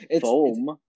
Foam